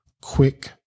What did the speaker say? quick